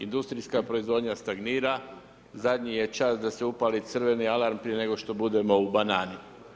Industrijska proizvodnja stagnira, zadnji je čas da se upali crveni alarm prije nego što budemo u banani.